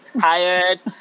tired